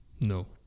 no